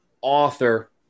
author